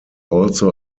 also